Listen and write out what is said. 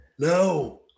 no